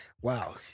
wow